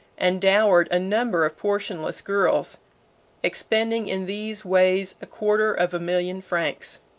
and dowered a number of portionless girls expending in these ways a quarter of a million francs.